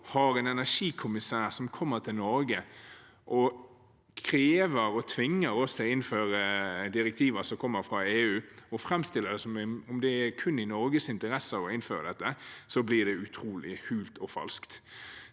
har en energikommissær som kommer til Norge og krever og tvinger oss til å innføre direktiver som kommer fra EU, og framstiller det som at det kun er i Norges interesse å innføre dem, blir det utrolig hult og falskt.